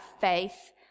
faith